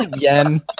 yen